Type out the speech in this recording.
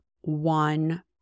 one